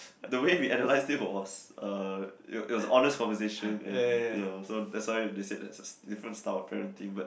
the way we analyzed it was uh it it was honest conversation and ya so that's why they said there's a different style of parenting but